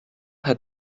hat